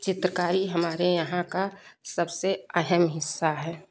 चित्रकारी हमारे यहाँ का सबसे अहम हिस्सा है